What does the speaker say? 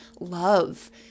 love